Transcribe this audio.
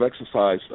exercise